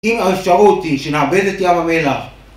אם האפשרות היא שנאבד את ים המלח